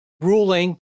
ruling